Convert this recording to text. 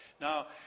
Now